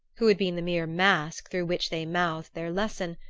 who had been the mere mask through which they mouthed their lesson,